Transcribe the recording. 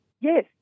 yes